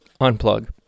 Unplug